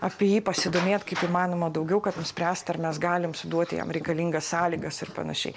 apie jį pasidomėt kaip įmanoma daugiau kad nuspręst ar mes galim suduoti jam reikalingas sąlygas ir panašiai